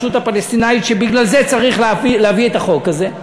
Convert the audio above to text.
הפלסטינית שבגלל זה צריך להביא את החוק הזה,